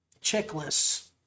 Checklists